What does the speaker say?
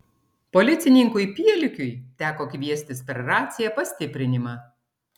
policininkui pielikiui teko kviestis per raciją pastiprinimą